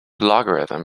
logarithm